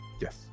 yes